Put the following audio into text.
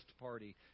party